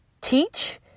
teach